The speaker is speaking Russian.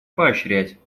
поощрять